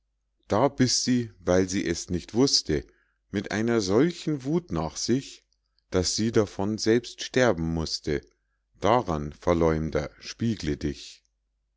da biß sie weil sie es nicht wußte mit einer solchen wuth nach sich daß sie davon selbst sterben mußte daran verleumder spiegle dich